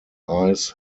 eyes